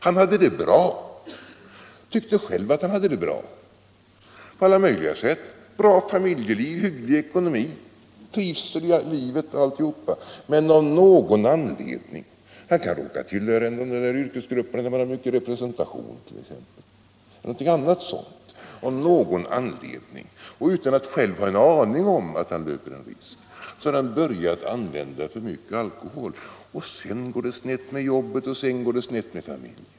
Han hade det bra tidigare, och han tyckte själv att han hade det bra på alla möjliga sätt: bra familjeliv, hygglig ekonomi, trivsel med livet och alltihop. Men av någon anledning — han kan t.ex. råka tillhöra någon av de yrkesgrupper som har mycket representation, eller det kan vara någon annan, liknande orsak — och utan att själv ha en aning om att han löpte en risk började han använda för mycket alkohol. Sedan har det gått snett med jobbet och snett med familjen.